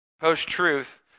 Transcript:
Post-truth